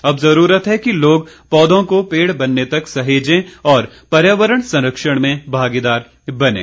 अब जरूरत है कि लोग पौधों को पेड़ बनने तक सहेजें और पर्यावरण संरक्षण में भागीदार बनें